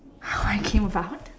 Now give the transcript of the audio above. how I came about